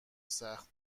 سخت